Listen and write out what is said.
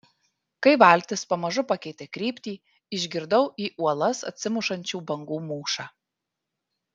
kai valtis pamažu pakeitė kryptį išgirdau į uolas atsimušančių bangų mūšą